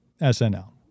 SNL